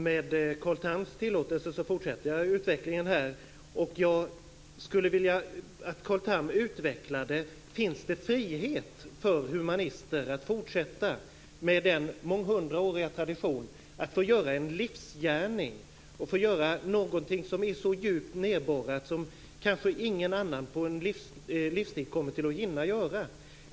Med Carl Thams tillåtelse fortsätter jag att utveckla detta. Jag skulle vilja att Carl Tham svarade på frågan om det finns frihet för humanister att fortsätta den månghundraåriga traditionen och få utföra en livsgärning och någonting som är så djupt nedborrat att kanske ingen annan under en livstid kommer att hinna göra det.